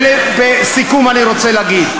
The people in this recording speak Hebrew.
לסיכום אני רוצה להגיד,